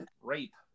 rape